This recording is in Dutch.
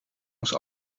ons